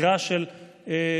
עתירה של עשרות